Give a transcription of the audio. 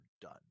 done